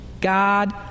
God